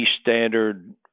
standard